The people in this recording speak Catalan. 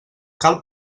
cal